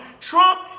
Trump